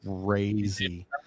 crazy